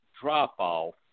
drop-off